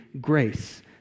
grace